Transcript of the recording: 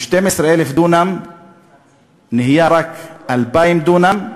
מ-12,000 דונם נהיה רק 2,000 דונם.